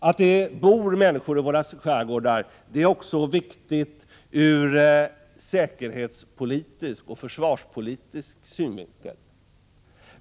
Att det bor människor i våra skärgårdar är också viktigt ur säkerhetspolitisk och försvarspolitisk synvinkel.